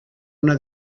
una